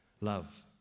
love